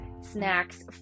snacks